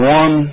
one